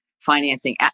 financing